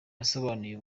yasobanuye